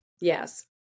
Yes